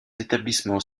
établissements